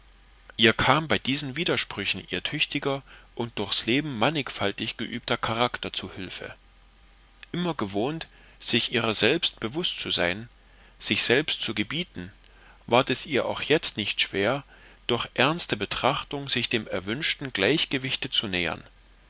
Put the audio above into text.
ihr kam bei diesen widersprüchen ihr tüchtiger und durchs leben mannigfaltig geübter charakter zu hülfe immer gewohnt sich ihrer selbst bewußt zu sein sich selbst zu gebieten ward es ihr auch jetzt nicht schwer durch ernste betrachtung sich dem erwünschten gleichgewichte zu nähern